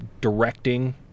Directing